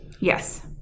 Yes